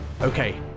Okay